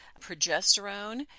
Progesterone